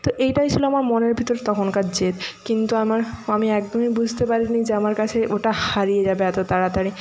তো এইটাই ছিল আমার মনের ভিতর তখনকার জেদ কিন্তু আমার আমি একদমই বুঝতে পারি নি যে আমার কাছে ওটা হারিয়ে যাবে এত তাড়াতাড়ি